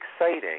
exciting